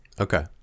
Okay